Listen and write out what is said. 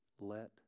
let